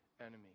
enemy